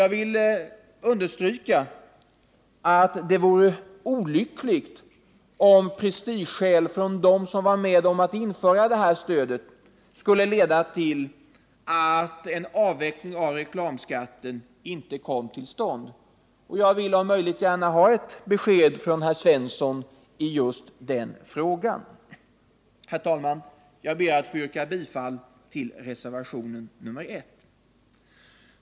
Jag vill understryka att det vore olyckligt om prestige bland dem som var med om att införa det här stödet skulle leda till att en avveckling av reklamskatten inte kom till stånd. Jag skulle om möjligt vilja ha ett besked av herr Svensson i just den här frågan. Herr talman! Jag ber att få yrka bifall till reservationen 1.